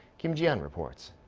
kim ji-yeon reports.